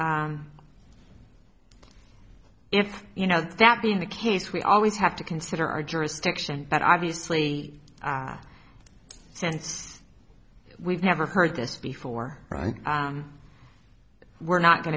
right if you know that being the case we always have to consider our jurisdiction but obviously since we've never heard this before right we're not going